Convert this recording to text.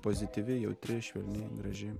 pozityvi jautri švelni graži